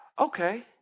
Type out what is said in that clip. Okay